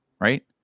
right